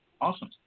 awesome